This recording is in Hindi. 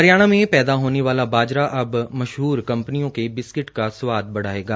हरियाणा में पैदा होने वाला बाजरा अब मशहर कंपनियों के बिस्किट का स्वाद बढ़ाएगा